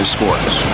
Sports